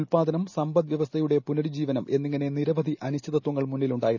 ഉത്പാദനം സമ്പദ് വൃവസ്ഥയുടെ പുനരുജ്ജീവനം എന്നിങ്ങനെ നിരവധി അനിശ്ചിതത്വങ്ങൾ മുന്നിലുണ്ടായിരുന്നു